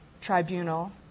Tribunal